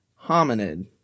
hominid